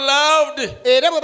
loved